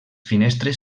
finestres